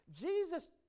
Jesus